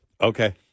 Okay